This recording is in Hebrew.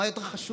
מה יותר חשוב?